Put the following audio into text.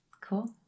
cool